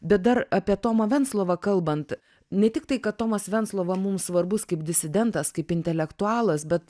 bet dar apie tomą venclovą kalbant ne tik tai kad tomas venclova mums svarbus kaip disidentas kaip intelektualas bet